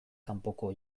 kanpoko